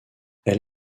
elle